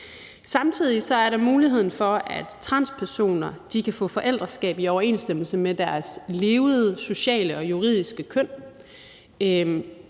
Samtidig er der muligheden for, at transpersoner kan få forældreskab i overensstemmelse med deres levede sociale og juridiske køn.